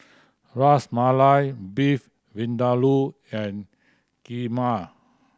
Ras Malai Beef Vindaloo and Kheema